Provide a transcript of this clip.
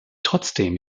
trotzdem